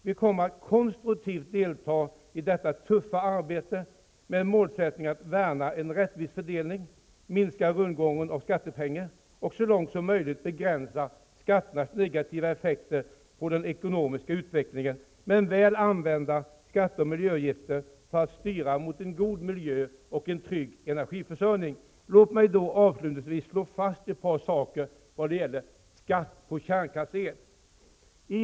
Vi kommer att konstruktivt delta i detta tuffa arbete med en målsättning att värna en rättvis fördelning, minska rundgången av skattepengar och så långt som möjligt begränsa skatternas negativa effekter på den ekonomiska utvecklingen. Men vi kommer att använda skatter och miljöavgifter för att styra mot en god miljö och trygg energiförsörjning. Avslutningsvis vill jag slå fast ett par saker när det gäller skatt på kärnkraftsel.